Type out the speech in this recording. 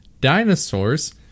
Dinosaurs